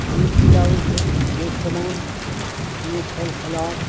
हानि की लाबय छै जे सामान कोनो फल फलाहार